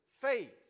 Faith